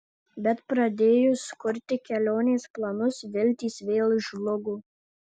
bet pradėjus kurti kelionės planus viltys vėl žlugo